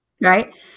right